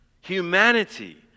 Humanity